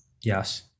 Yes